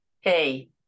hey